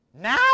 Now